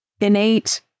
innate